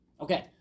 Okay